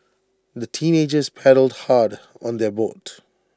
the teenagers paddled hard on their boat